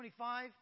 25